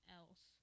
else